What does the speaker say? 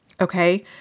Okay